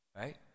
right